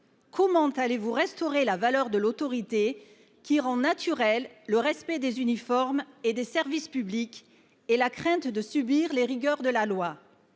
Comment allez vous restaurer la valeur de l’autorité, qui rend naturel le respect des uniformes et des services publics, comme la crainte de subir les rigueurs de la loi ?